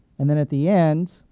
and then, at the end,